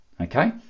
Okay